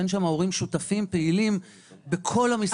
הורים שותפים ופעילים בכל המסגרות.